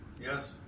Yes